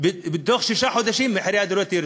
בתוך שישה חודשים מחירי הדירות ירדו.